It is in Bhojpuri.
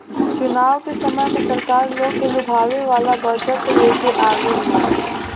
चुनाव के समय में सरकार लोग के लुभावे वाला बजट लेके आवेला